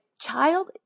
Child